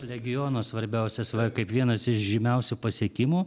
legiono svarbiausias va kaip vienas iš žymiausių pasiekimų